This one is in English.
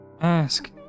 ask